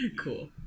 Cool